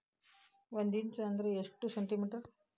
ಒಂದಿಂಚು ಅಂದ್ರ ಎಷ್ಟು ಸೆಂಟಿಮೇಟರ್?